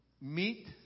meet